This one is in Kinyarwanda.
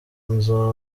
nzove